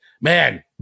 man